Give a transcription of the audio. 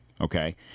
Okay